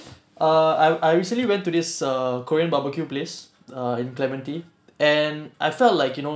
ah I I recently went to this err korean barbecue place err in clementi and I felt like you know